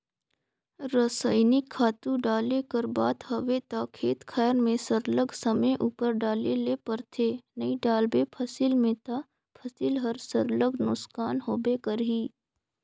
रसइनिक खातू डाले कर बात हवे ता खेत खाएर में सरलग समे उपर डाले ले परथे नी डालबे फसिल में ता फसिल हर सरलग नोसकान होबे करही